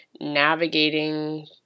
navigating